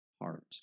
heart